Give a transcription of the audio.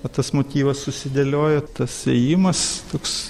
o tas motyvas susidėliojo tas ėjimas toks